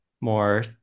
more